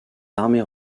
armées